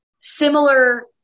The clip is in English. similar